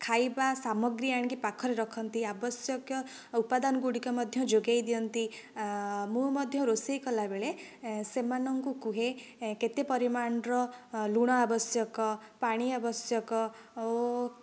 ଖାଇବା ସାମଗ୍ରୀ ଆଣି ପାଖରେ ରଖନ୍ତି ଆବଶ୍ୟକ ଉପାଦାନ ଗୁଡ଼ିକ ମଧ୍ୟ ଯୋଗେଇ ଦିଅନ୍ତି ମୁଁ ମଧ୍ୟ ରୋଷେଇ କଲାବେଳେ ସେମାନଙ୍କୁ କୁହେ କେତେ ପରିମାଣର ଲୁଣ ଆବଶ୍ୟକ ପାଣି ଆବଶ୍ୟକ ଓ